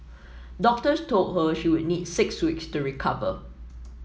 doctors told her she would need six weeks to recover